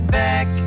back